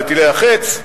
וטילי ה"חץ".